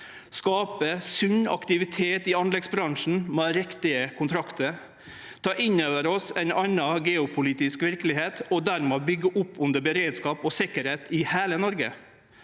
skaper sunn aktivitet i anleggsbransjen, med riktige kontraktar – tek inn over oss ei anna geopolitisk verkelegheit, og dermed byggjer opp under beredskapen og sikkerheita i heile Noreg